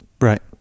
Right